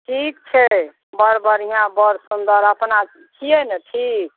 ठीक छै बड़ बढ़िआँ बड़ सुन्दर अपना छिए ने ठीक